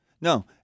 No